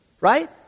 right